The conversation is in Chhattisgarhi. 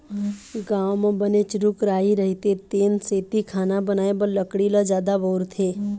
गाँव म बनेच रूख राई रहिथे तेन सेती खाना बनाए बर लकड़ी ल जादा बउरथे